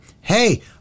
Hey